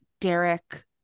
Derek